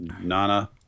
Nana